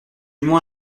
moins